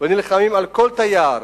ונלחמים על כל תייר,